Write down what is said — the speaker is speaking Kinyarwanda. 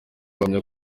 bahamya